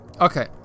Okay